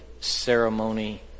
ceremony